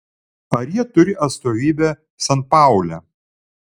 ar jie turi atstovybę sanpaule